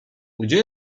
gdzie